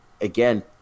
again